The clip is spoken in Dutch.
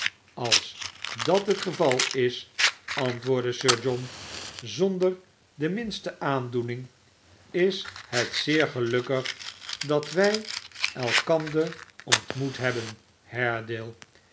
als dat het geval is antwoordde sir john zonder de rninsteaandoening is het zeer gelukkig dat wij elkander ontmoet hebben